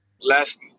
Last